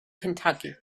kentucky